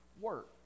work